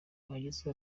abagize